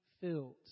filled